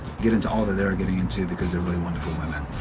get into all that they're getting into because they're really wonderful women.